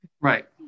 Right